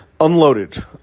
unloaded